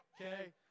Okay